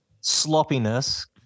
sloppiness